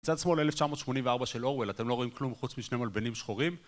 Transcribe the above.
צד שמאל, 1984 של אורואל, אתם לא רואים כלום חוץ משני מלבנים שחורים?